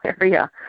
area